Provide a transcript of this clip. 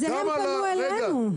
הם פנו אלינו.